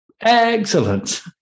Excellent